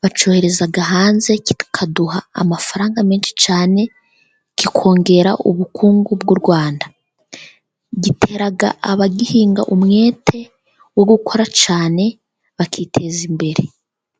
bacyohereza hanze kikaduha amafaranga menshi cyane, kikongera ubukungu bw'u Rwanda. Gitera abagihinga umwete wo gukora cyane bakiteza imbere.